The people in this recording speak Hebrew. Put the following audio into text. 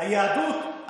היהדות,